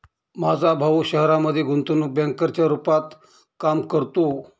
माझा भाऊ शहरामध्ये गुंतवणूक बँकर च्या रूपात काम करतो